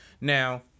Now